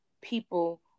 people